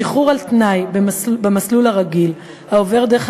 שחרור על-תנאי במסלול הרגיל העובר דרך